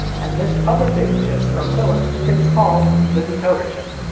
and this other big chip, from philips, is called the decoder chip.